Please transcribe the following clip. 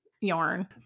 yarn